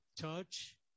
church